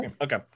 Okay